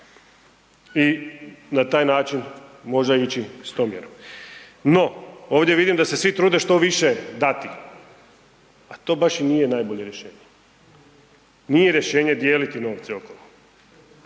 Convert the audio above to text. i na taj način možda ići s tom mjerom. No, ovdje vidim da se svi trude što više dati, a to baš i nije najbolje rješenje. Nije rješenje dijeliti novce okolo,